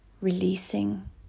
releasing